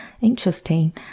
interesting